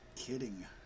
kidding